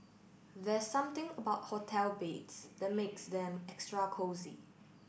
there something about hotel beds that makes them extra cosy